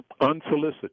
unsolicited